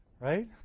right